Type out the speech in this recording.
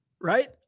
Right